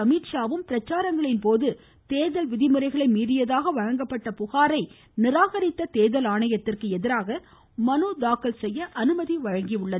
அமித்ஷாவும் பிரச்சாரங்களின் போது தேர்தல் விதிமுறைகளை மீறியதாக வழங்கப்பட்ட புகாரை நிராகரித்த தேர்தல் ஆணையத்திற்கு எதிராக மனு தாக்கல் செய்ய அனுமதி வழங்கியுள்ளது